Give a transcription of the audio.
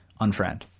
unfriend